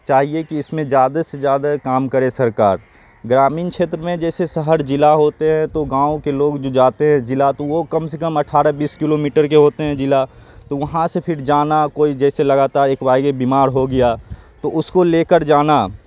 چاہیے کہ اس میں زیادہ سے زیادہ کام کرے سرکار گرامین چھیتر میں جیسے شہر ضلع ہوتے ہیں تو گاؤں کے لوگ جو جاتے ہیں ضلع تو وہ کم سے کم اٹھارہ بیس کلو میٹر کے ہوتے ہیں ضلع تو وہاں سے پھر جانا کوئی جیسے لگاتار ایک بارگی بیمار ہو گیا تو اس کو لے کر جانا